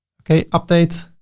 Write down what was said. okay. update.